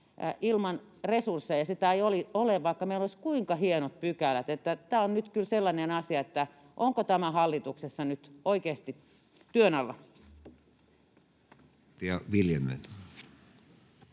ilman resursseja sitä ei ole, vaikka meillä olisi kuinka hienot pykälät. Että tämä on nyt kyllä sellainen asia, että onko tämä hallituksessa nyt oikeasti työn alla?